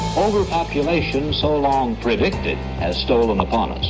overpopulation, so long predicted, has stolen upon us.